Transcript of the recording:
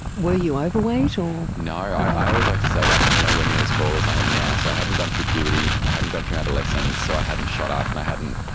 were you overweight or? no. i i always like to say like i'm nowhere near as tall as i am now, so i hadn't gone through puberty, i hadn't gone through adolescence, so i hadn't shot up, and i hadn't,